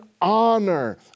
honor